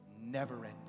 never-ending